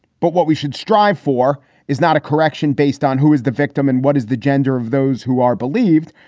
but what we should strive for is not a correction based on who is the victim and what is the gender of those who are believed.